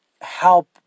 help